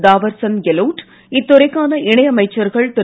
தாவர்சந்த் கெலோட் இத்துறைக்கான இணை அமைச்சர்கள் திரு